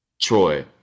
Troy